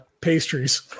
pastries